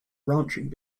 ranching